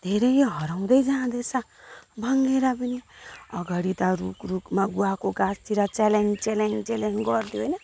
धेरै हराउँदै जाँदैछ भङ्गेरा पनि अगाडि त रुख रुखमा गुवाको गाछतिर चेलेङ चेलेङ चेलेङ गर्थ्यो हैन